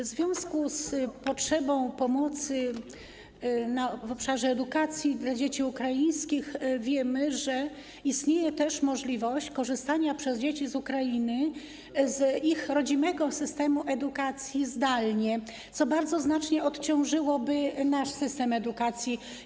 W związku z potrzebą pomocy w obszarze edukacji dla dzieci ukraińskich wiemy, że istnieje też możliwość korzystania przez dzieci z Ukrainy z ich rodzimego systemu edukacji zdalnie, co bardzo, znacznie odciążyłoby nasz system edukacji.